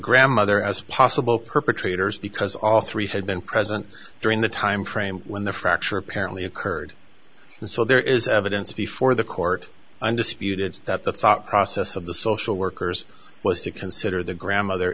grandmother as possible perpetrators because all three had been present during the time frame when the fracture apparently occurred and so there is evidence before the court undisputed that the thought process of the social workers was to consider the grandmother